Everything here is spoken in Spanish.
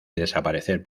desaparecer